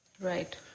Right